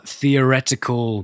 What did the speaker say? theoretical